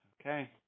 Okay